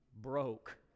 broke